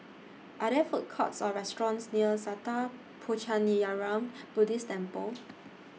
Are There Food Courts Or restaurants near Sattha Puchaniyaram Buddhist Temple